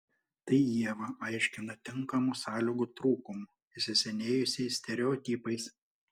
tai ieva aiškina tinkamų sąlygų trūkumu įsisenėjusiais stereotipais